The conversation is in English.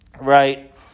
right